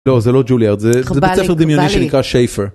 לא זה לא ג'וליארד זה בית ספר דמיוני שנקרא שייפר.